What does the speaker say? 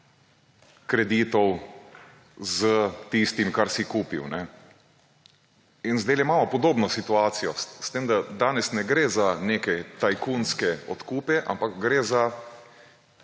kreditov s tistim, kar si kupil. Zdajle imamo podobno situacijo, s tem da danes ne gre za neke tajkunske odkupe, ampak gre za